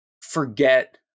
forget